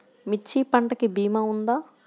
మిర్చి పంటకి భీమా ఉందా?